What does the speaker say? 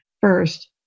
first